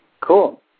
Cool